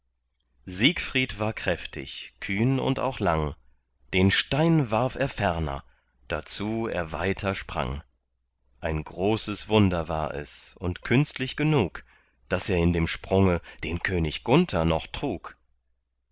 siegfried war kräftig kühn und auch lang den stein warf er ferner dazu er weiter sprang ein großes wunder war es und künstlich genug daß er in dem sprunge den könig gunther noch trug